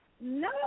No